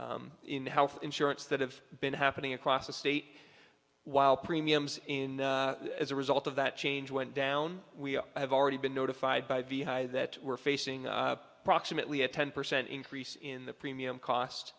health insurance that have been happening across the state while premiums in as a result of that change went down we have already been notified by the high that we're facing proximately a ten percent increase in the premium cost